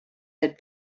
had